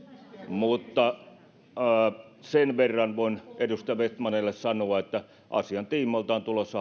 mutta sen verran voin edustaja vestmanille sanoa että asian tiimoilta on tulossa